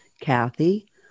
Kathy